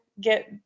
get